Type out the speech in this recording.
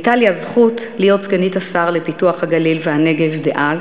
הייתה לי הזכות להיות סגנית השר לפיתוח הנגב והגליל דאז,